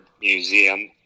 Museum